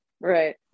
right